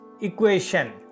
equation